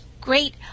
great